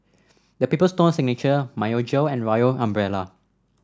The Paper Stone Signature Myojo and Royal Umbrella